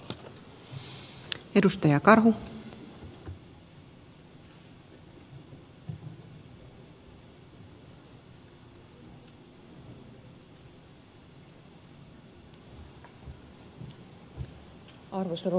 arvoisa rouva puhemies